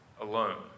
alone